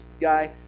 guy